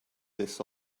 this